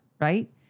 right